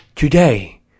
Today